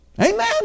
Amen